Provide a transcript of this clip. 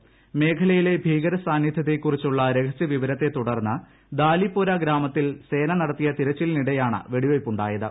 ക്മ്യ്ക്ലയിലെ ഭീകര സാന്നിദ്ധ്യത്തെക്കുറിച്ചുള്ള രഹസ്യവിശ്ശിരത്തെ തുടർന്ന് ദാലിപ്പോര ഗ്രാമത്തിൽ സേന നടത്തിയ തിരച്ചിലിനിടെയാണ് വ്വെടിവയ്പ്പുണ്ടായത്